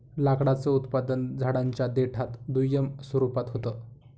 लाकडाचं उत्पादन झाडांच्या देठात दुय्यम स्वरूपात होत